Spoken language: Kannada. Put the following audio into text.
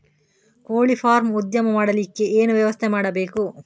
ಕೋಳಿ ಫಾರಂ ಉದ್ಯಮ ಮಾಡಲಿಕ್ಕೆ ಏನು ವ್ಯವಸ್ಥೆ ಮಾಡಬೇಕು?